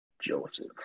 Joseph